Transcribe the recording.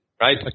right